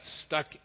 stuck